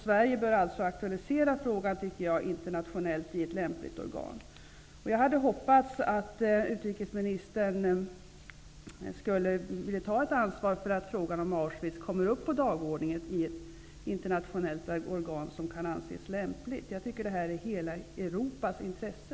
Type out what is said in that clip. Sverige bör alltså aktualisera frågan, tycker jag, internationellt i ett lämpligt organ. Jag hade hoppats att utrikesministern skulle ta ett ansvar för att frågan om Auschwitz kommer upp på dagordningen i ett internationellt organ som kan anses lämpligt. Jag tycker att det är i hela Europas intresse.